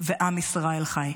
ועם ישראל חי.